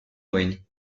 wayne